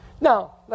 Now